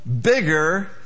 bigger